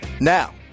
Now